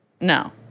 No